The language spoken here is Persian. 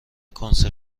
کنسرو